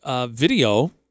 video